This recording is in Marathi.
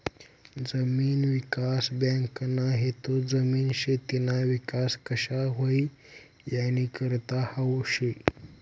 जमीन विकास बँकना हेतू जमीन, शेतीना विकास कशा व्हई यानीकरता हावू शे